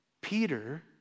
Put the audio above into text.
Peter